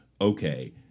okay